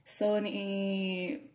Sony